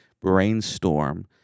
brainstorm